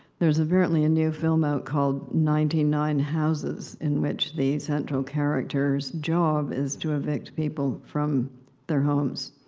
there's apparently a new film out called ninety nine houses, in which the central character's job is to evict people from their homes.